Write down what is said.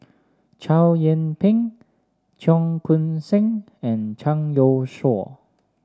Chow Yian Ping Cheong Koon Seng and Zhang Youshuo